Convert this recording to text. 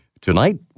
Tonight